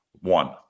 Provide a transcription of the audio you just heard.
one